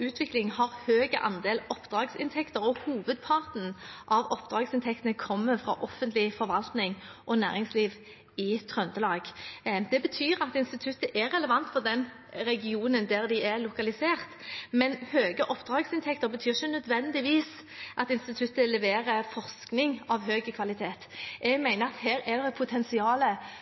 Utvikling har høy andel oppdragsinntekter, og hovedparten av oppdragsinntektene kommer fra offentlig forvaltning og næringsliv i Trøndelag. Det betyr at instituttet er relevant for den regionen der de er lokalisert, men høye oppdragsinntekter betyr ikke nødvendigvis at instituttet leverer forskning av høy kvalitet. Jeg mener at her er det